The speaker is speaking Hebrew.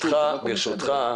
ברשותך,